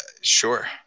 Sure